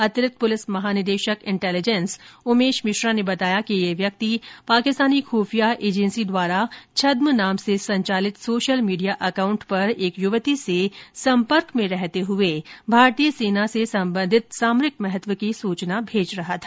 अतिरिक्त पुलिस महानिदेशक इन्टेलीजेन्स उमेश मिश्रा ने बताया कि यह व्यक्ति पाकिस्तानी खुफिया एजेंसी द्वारा छद्म नाम से संचालित सोशल मीडिया अकाउट पर एक युवती से सम्पर्क में रहते हुए भारतीय सेना से सम्बंधित सामरिक महत्व की सूचना भेज रहा था